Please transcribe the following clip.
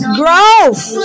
growth